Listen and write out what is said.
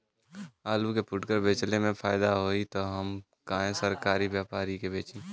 आलू के फूटकर बेंचले मे फैदा होई त हम काहे सरकारी व्यपरी के बेंचि?